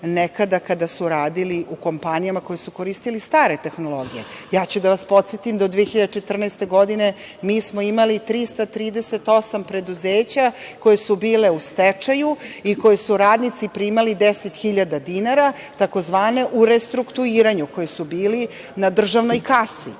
nekada kada su radili u kompanijama koje su koristile stare tehnologije. Podsetiću vas da do 2014. godine mi smo imali 338 preduzeća koja su bila u stečaju i koja su radnici primali 10.000 dinara, takozvane u restrukturiranju, koji su bili na državnoj kasi.